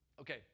Okay